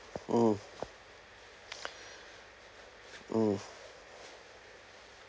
hmm hmm